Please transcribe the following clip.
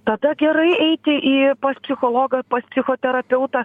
tada gerai eiti į pas psichologą pas psichoterapeutą